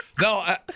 No